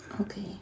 Okay